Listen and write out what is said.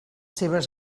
seves